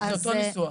זה אותו ניסוח.